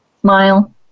smile